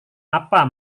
apa